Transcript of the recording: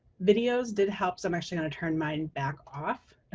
videos did help so i'm actually gonna turn mine back off. it